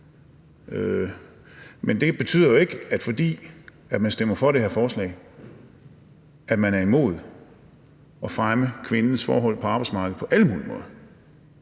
Men det, at man stemmer for det her forslag, betyder jo ikke, at man er imod at fremme kvindens forhold på arbejdsmarkedet på alle mulige måder.